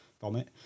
vomit